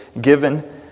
given